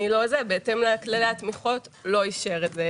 בהתאם לכללי התמיכות, לא אישר את זה.